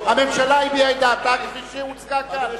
הממשלה הביעה את דעתה, כפי שהוצגה כאן.